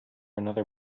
another